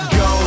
go